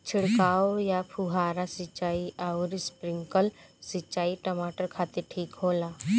छिड़काव या फुहारा सिंचाई आउर स्प्रिंकलर सिंचाई टमाटर खातिर ठीक होला?